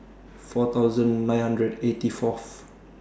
four thousand nine hundred eighty Fourth